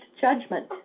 judgment